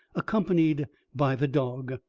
accompanied by the dog.